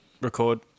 record